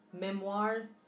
memoir